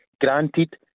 Granted